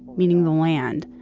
meaning the land,